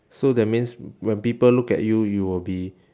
so that means when people look at you you will be